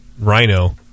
Rhino